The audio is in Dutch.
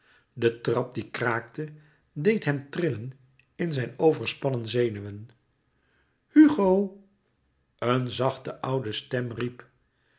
de trap die kraakte deed hem trillen in zijn overspannen zenuwen hugo een zachte oude stem riep